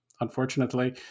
unfortunately